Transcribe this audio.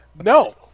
No